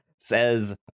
says